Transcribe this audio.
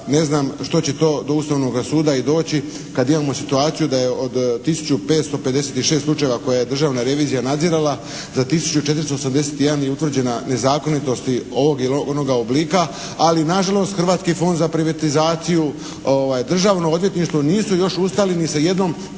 ne znam što će to do Ustavnoga suda i doći, kad imamo situaciju da je od tisuću 556 slučajeva koja je državna revizija nadzirala, za tisuću 481 je utvrđena nezakonitost ovoga ili onoga oblika. Ali nažalost, Hrvatski fond za privatizaciju, Državno odvjetništvo nisu još ustali ni sa jednom